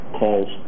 calls